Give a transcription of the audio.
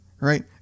Right